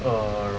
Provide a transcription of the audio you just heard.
err